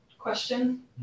question